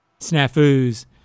snafus